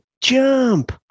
Jump